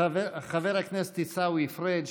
חבר הכנסת עיסאווי פריג',